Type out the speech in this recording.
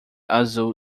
azul